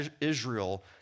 Israel